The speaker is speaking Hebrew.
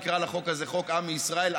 אקרא לחוק הזה חוק עמי ישראל,